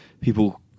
people